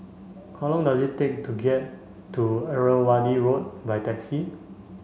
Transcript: how long does it take to get to Irrawaddy Road by taxi